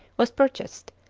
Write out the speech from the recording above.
was purchased,